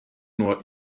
nur